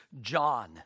John